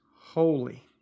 holy